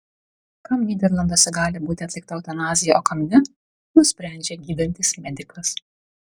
kam nyderlanduose gali būti atlikta eutanazija o kam ne nusprendžia gydantis medikas